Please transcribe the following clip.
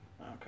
Okay